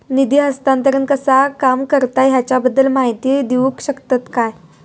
निधी हस्तांतरण कसा काम करता ह्याच्या बद्दल माहिती दिउक शकतात काय?